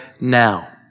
now